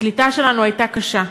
הקליטה שלנו הייתה קשה.